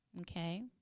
Okay